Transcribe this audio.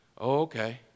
Okay